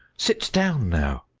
sit down now!